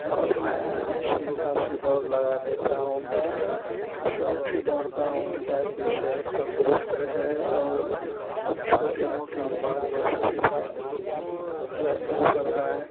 اور میں اچھی خاصی دوڑ لگا لیتا ہوں میں شوق سے دوڑتا ہوں تاکہ صحت تندرست رہے اور کچھ چھوٹی موٹی بیماریوں سے شفا فرمائیں